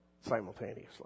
simultaneously